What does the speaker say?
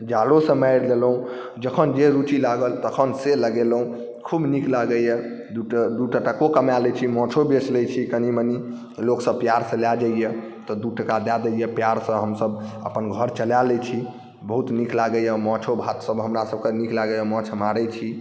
जालोसँ मारि लेलहुँ जखन जे रुचि लागल तखन से लगेलहुँ खूब नीक लागैए दुइ टा टको कमा लै छी माछो बेचि लै छी कनि मनी लोकसब पिआरसँ लऽ जाइए तऽ दुइ टका दऽ दैए पिआरसँ हमसब अपन घर चला लै छी बहुत नीक लागैए माछो भातसब हमरासबके नीक लागैए माछ मारै छी